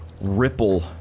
ripple